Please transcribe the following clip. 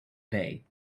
bay